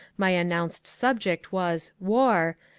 my announced subject was war,